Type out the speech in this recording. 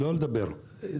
לא לדבר.